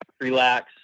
relax